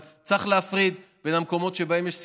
אבל צריך להפריד בין המקומות שבהם יש סיכון,